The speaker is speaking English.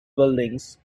buildings